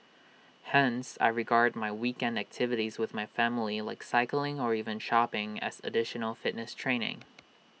hence I regard my weekend activities with my family like cycling or even shopping as additional fitness training